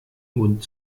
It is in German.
mund